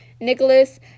Nicholas